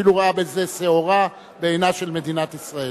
אפילו ראה בזה שעורה בעינה של מדינת ישראל.